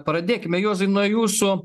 pradėkime juozai nuo jūsų